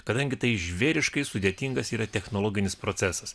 kadangi tai žvėriškai sudėtingas yra technologinis procesas